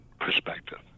perspective